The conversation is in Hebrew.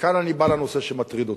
וכאן אני בא לנושא שמטריד אותי.